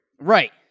right